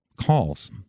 calls